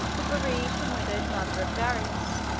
the bereaved and widowed mother of darius,